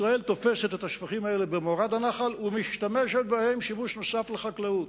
ישראל תופסת את השפכים האלה במורד הנחל ומשתמשת בהם שימוש נוסף לחקלאות,